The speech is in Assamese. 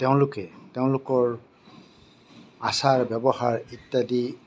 তেওঁলোকে তেওঁলোকৰ আচাৰ ব্যৱহাৰ ইত্যাদি